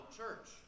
church